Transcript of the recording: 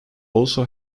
also